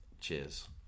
Cheers